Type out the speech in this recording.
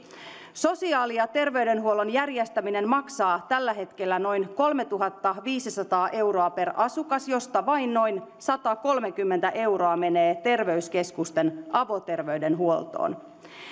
sosiaali ja terveydenhuollon järjestäminen maksaa tällä hetkellä noin kolmetuhattaviisisataa euroa per asukas mistä vain noin satakolmekymmentä euroa menee terveyskeskusten avoterveydenhuoltoon